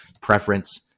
preference